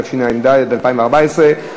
התשע"ד 2014,